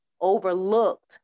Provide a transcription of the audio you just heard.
overlooked